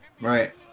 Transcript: Right